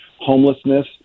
homelessness